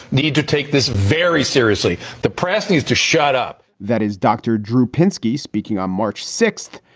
need to take this very seriously. the press needs to shut up that is dr. drew pinsky speaking on march sixth.